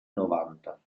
novanta